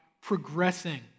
progressing